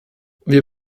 wir